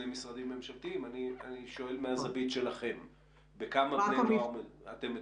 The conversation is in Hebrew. בכמה אתם מטפלים?